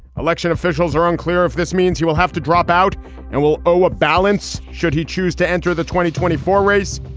election officials are unclear if this means he will have to drop out and will owe a balance. should he choose to enter the twenty twenty four race,